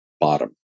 bottom